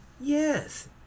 Yes